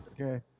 Okay